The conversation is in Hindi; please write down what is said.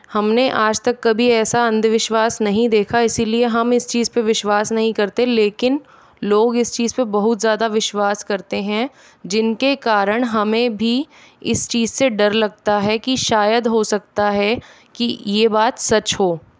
हमने आज तक कभी ऐसा अंधविश्वास नहीं देखा इसलिए हम इस चीज़ पर विश्वास नहीं करते लेकिन लोग इस चीज़ पर बहुत ज़्यादा विश्वास करते हैं जिनके कारण हमें भी इस चीज़ से डर लगता है कि शायद हो सकता है कि यह बात सच हो